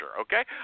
okay